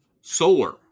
Solar